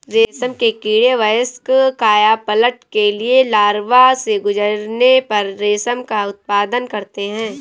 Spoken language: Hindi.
रेशम के कीड़े वयस्क कायापलट के लिए लार्वा से गुजरने पर रेशम का उत्पादन करते हैं